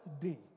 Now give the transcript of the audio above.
day